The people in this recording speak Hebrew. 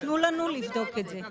תנו לנו לבדוק את זה.